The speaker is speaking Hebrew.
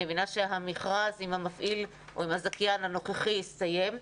אני מבינה שהמכרז עם המפעיל או עם הזכיין הנוכחי הסתיים,